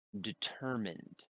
determined